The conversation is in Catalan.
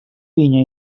vinya